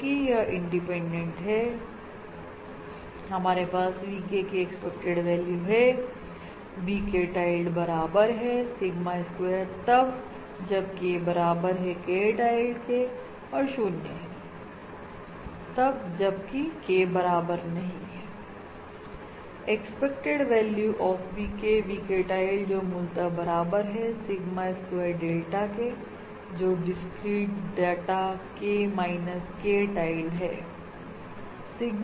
जबकि यह डिपेंडेंट है हमारे पास VK की एक्सपेक्टेड वैल्यू है VK tilde बराबर है सिग्मा स्क्वायरतब जब K बराबर है K tilde के और 0 है तब जबकि K बराबर नहीं है expected value of VK VK tilde जो मूलतः बराबर है सिग्मा स्क्वायर डेल्टा के जो discrete data K minus K tilde